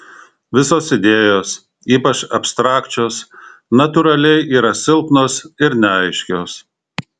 visos idėjos ypač abstrakčios natūraliai yra silpnos ir neaiškios